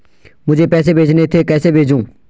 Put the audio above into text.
मुझे पैसे भेजने थे कैसे भेजूँ?